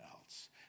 else